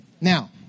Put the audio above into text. Now